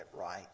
right